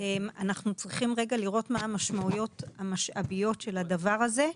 אנחנו צריכים לראות מה המשמעויות המשאביות של הדבר הזה.